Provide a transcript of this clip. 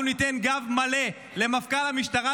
אנחנו ניתן גב מלא למפכ"ל המשטרה,